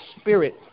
spirit